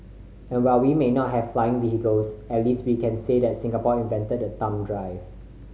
and while we may not have flying vehicles at least we can say that Singapore invented the thumb drive